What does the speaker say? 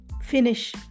finish